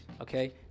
okay